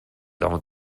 dans